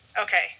Okay